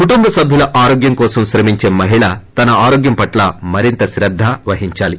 కుటుంబ సభ్యుల ఆరోగ్యం కోసం శ్రమించే మహిళ తన ఆరోగ్యం పట్ల మరింత క్రేద్ద వహిందాలి